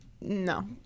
No